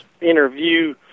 interview